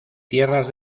tierras